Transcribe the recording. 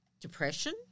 depression